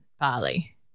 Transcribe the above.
Bali